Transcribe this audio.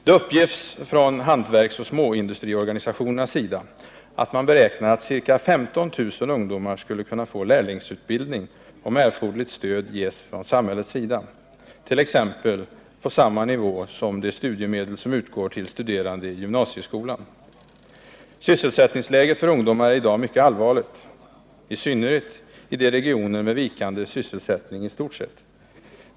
Det uppges från hantverksoch småindustriorganisationernas sida att man beräknar att ca 15 000 ungdomar skulle kunna få lärlingsutbildning, om erforderligt stöd ges från samhällets sida, t.ex. på samma nivå som de studiemedel som utgår till studerande i gymnasieskolan. Sysselsättningsläget för ungdomar är i dag mycket allvarligt, i synnerhet i regioner med vikande sysselsättning i stort.